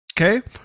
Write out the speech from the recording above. Okay